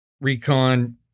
recon